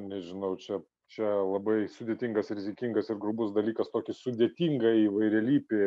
nežinau čia čia labai sudėtingas rizikingas ir grubus dalykas tokį sudėtingą įvairialypį